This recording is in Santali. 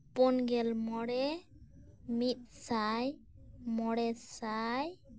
ᱯᱩᱱᱜᱮᱞ ᱢᱚᱬᱮ ᱢᱤᱫᱥᱟᱭ ᱢᱚᱬᱮ ᱥᱟᱭ